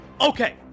Okay